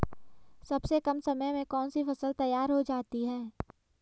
सबसे कम समय में कौन सी फसल तैयार हो जाती है?